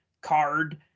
card